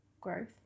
Growth